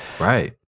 Right